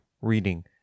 reading